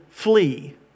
flee